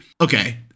okay